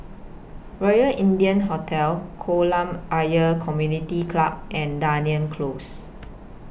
Royal India Hotel Kolam Ayer Community Club and Dunearn Close